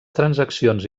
transaccions